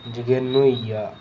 जगेरन होई गेआ